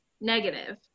negative